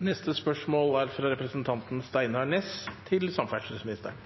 Eg tillèt meg å stille følgjande spørsmål til samferdselsministeren: